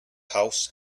house